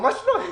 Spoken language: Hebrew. ממש לא.